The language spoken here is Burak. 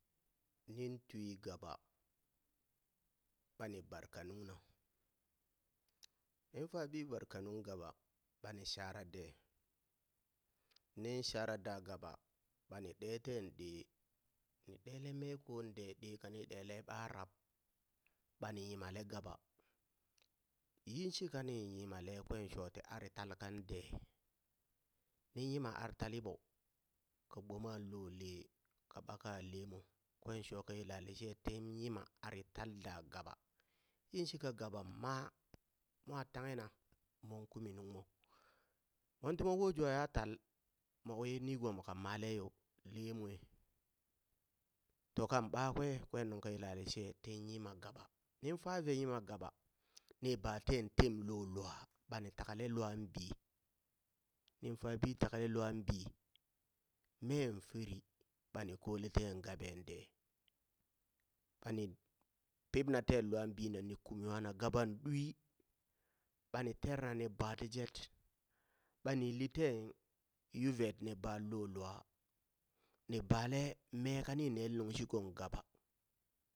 Nin twi gaba ɓani barka nungna nin fa bi barka nung gaba ɓani sharade nin shara da gaba bani ɗe ten ɗee ni ɗele meen kon de, ɗe kani ɗele ɓa rab ɓani yimale gaɓa yinshika ni nyimle kwen shoti ari tal kan de, nin nyima ar tali ɓo ka gboma lole ka ɓaka lemo kwen sho ti yilelishe tin nyima ari tal da gaɓa yinka gaɓa maa mwa tanghena mon kumi nungmo mon timon wo jwa ya tal mowi nigomo ka male yo leemwa, tokan ɓakwe kwen nungka yelalishe tin yima gaɓa nin fa ve yima gaɓa ni ba teŋ tem lolwa ɓani takale lwan bi nin fabi takale lwan bi, meen furi ɓani kolen ten gaɓen dee ɓani pibna ten lwan bina ni kum nwana gaban ɗwi ɓani terna ni baa ti jet ɓani yilli ten yuvet ni ba lo lwa ni bale me kani nele nungshi gong gaba.